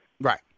Right